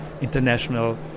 international